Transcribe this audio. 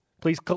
Please